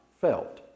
felt